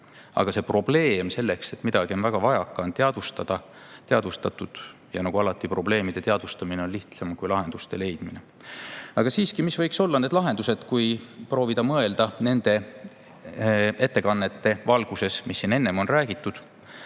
Aga seda probleemi, et midagi on väga vajaka, on teadvustatud. Nagu alati on probleemide teadvustamine palju lihtsam kui lahenduste leidmine. Siiski, mis võiksid olla need lahendused? Kui proovida mõelda nende ettekannete valguses, mis siin enne on kõlanud,